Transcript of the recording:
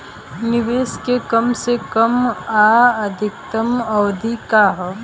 निवेश के कम से कम आ अधिकतम अवधि का है?